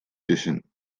tussen